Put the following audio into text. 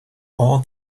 all